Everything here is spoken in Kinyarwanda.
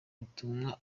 ubutumwa